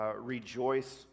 rejoice